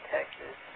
Texas